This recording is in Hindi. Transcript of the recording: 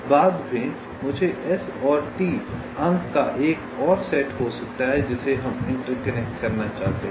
बाद में मुझे S और T अंक का एक और सेट हो सकता है जिसे हम इंटरकनेक्ट करना चाहते हैं